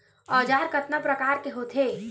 औजार कतना प्रकार के होथे?